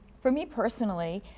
for me personally,